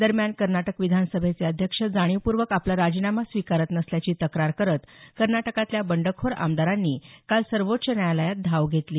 दरम्यान कर्नाटक विधानसभेचे अध्यक्ष जाणीवपूर्वक आपला राजीनामा स्वीकारत नसल्याची तक्रार करत कर्नाटकातल्या बंडखोर आमदारांनी काल सर्वोच्च न्यायालयात धाव घेतली